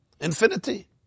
infinity